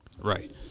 Right